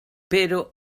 però